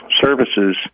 services